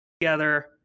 together